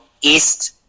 east